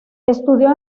estudió